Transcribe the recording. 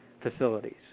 facilities